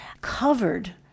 covered